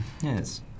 Yes